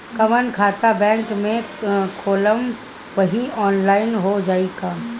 जवन खाता बैंक में खोलम वही आनलाइन हो जाई का?